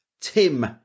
Tim